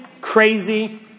crazy